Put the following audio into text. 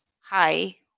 hi